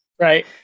Right